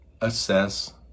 assess